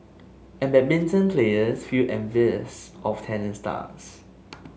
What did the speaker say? and badminton players feel envious of tennis stars